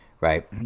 right